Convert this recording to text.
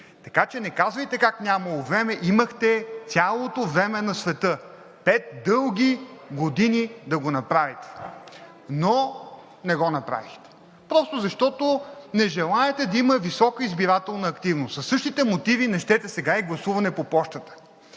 Така че не казвайте как нямало време. Имахте цялото време на света – пет дълги години да го направите, но не го направихте просто защото не желаете да има висока избирателна активност. Със същите мотиви не щете сега и гласуване по пощата,